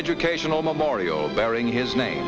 educational memorial bearing his name